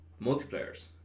multiplayers